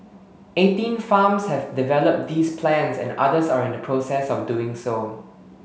eighteen farms have developed these plans and others are in the process of doing so